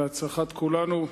להצלחת כולנו.